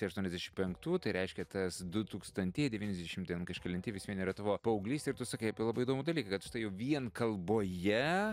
aštuoniasdešim penktų tai reiškia tas du tūkstantieji devyniasdešim ten kažkelinti vis vien yra tavo paauglystė ir tu sakai apie labai įdomų dalyką kad štai jau vien kalboje